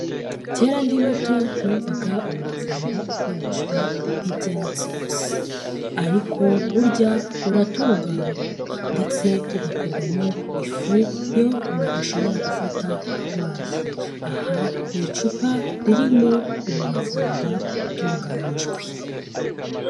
Kera ndi muto numvaga umuravumba ukoreshwa nk'ibyatsi gusa, ariko burya uratunganywa ndetse ugakorwamo ifu iyo umuntu ashobora gufata arwaye, aha ni icupa ririmo umuravumba utunganyijwe.